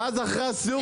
ואש אחרי הסיור נחליט.